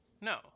no